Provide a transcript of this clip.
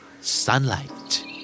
Sunlight